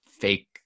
fake